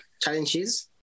challenges